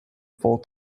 full